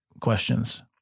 questions